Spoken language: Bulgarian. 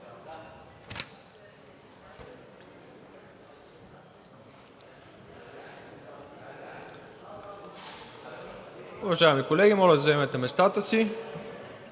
Уважаеми колеги, моля да заемете местата си